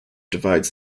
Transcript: divides